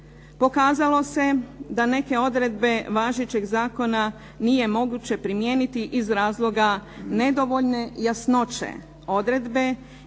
Pokazalo se da neke odredbe važećeg zakona nije moguće primijeniti iz razloga nedovoljne jasnoće odredbe